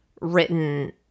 written